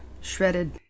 shredded